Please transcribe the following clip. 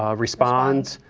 um respond.